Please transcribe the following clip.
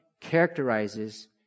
characterizes